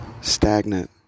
stagnant